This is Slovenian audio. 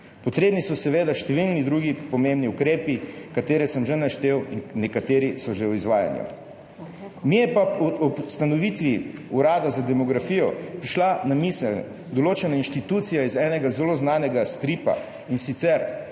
Potrebni so seveda številni drugi pomembni ukrepi, ki sem jih že naštel, nekateri so že v izvajanju. Mi je pa ob ustanovitvi Urada za demografijo prišla na misel določena institucija iz enega zelo znanega stripa, in sicer